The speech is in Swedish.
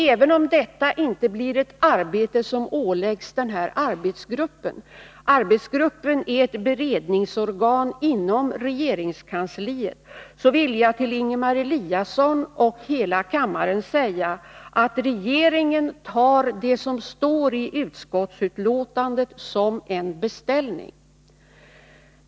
Även om detta inte blir ett arbete som åläggs denna arbetsgrupp — arbetsgruppen är ett beredningsorgan inom regeringskansliet — vill jag till Ingemar Eliasson och hela kammaren säga att regeringen tar det som står i utskottsbetänkandet som en beställning.